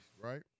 right